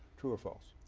true or false?